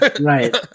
Right